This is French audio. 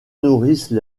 nourrissent